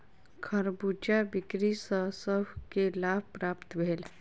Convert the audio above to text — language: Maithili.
खरबूजा बिक्री सॅ सभ के लाभ प्राप्त भेल